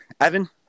Evan